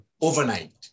overnight